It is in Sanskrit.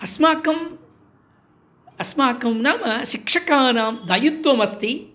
अस्माकम् अस्माकं नाम शिक्षकानां दायित्वमस्ति